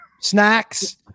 snacks